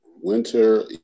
winter